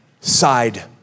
side